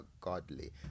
Godly